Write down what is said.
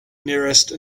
nearest